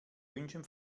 wünschen